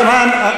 אם הוא דיבר,